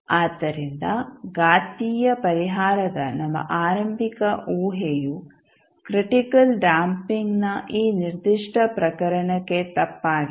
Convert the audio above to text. ಆದ್ದರಿಂದ ಘಾತೀಯ ಪರಿಹಾರದ ನಮ್ಮ ಆರಂಭಿಕ ಊಹೆಯು ಕ್ರಿಟಿಕಲ್ ಡ್ಯಾಂಪಿಂಗ್ನ ಈ ನಿರ್ದಿಷ್ಟ ಪ್ರಕರಣಕ್ಕೆ ತಪ್ಪಾಗಿದೆ